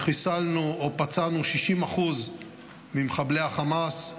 חיסלנו או פצענו 60% ממחבלי החמאס,